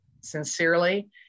sincerely